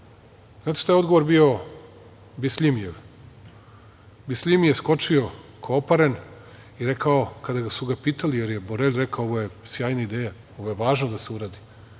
znate šta je odgovor bio Bisljimijev? Bisljimi je skočio kao oparen i rekao kada su ga pitali, jer je Borelji rekao ovo je sjajna ideja, ovo je važno da se uradi,